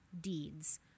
deeds